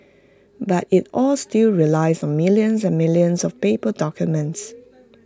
but IT all still relies on millions and millions of paper documents